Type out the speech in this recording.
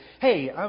hey